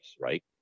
right